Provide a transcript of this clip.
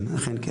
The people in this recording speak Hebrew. כן.